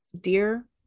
dear